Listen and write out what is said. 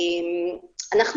בבקשה.